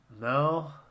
No